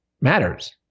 matters